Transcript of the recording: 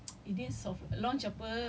how is going to earn from that